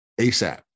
ASAP